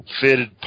fitted